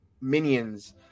minions